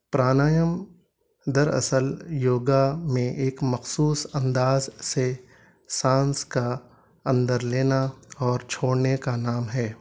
پرانایم دراصل یوگا میں ایک مخصوص انداز سے سانس کا اندر لینا اور چھوڑنے کا نام ہے